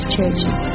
Churches